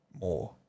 More